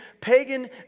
pagan